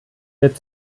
wird